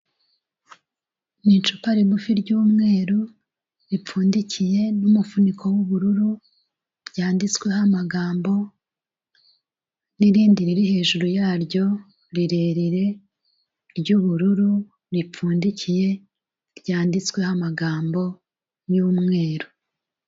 Ni icupa rigufi ry'umweru ripfundikiye n'umufuniko w'ubururu ryanditsweho amagambo n'irindi riri hejuru yaryo rirerire ry'ubururu ripfundikiye ryanditsweho amagambo y'umweru.